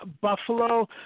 Buffalo